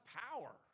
power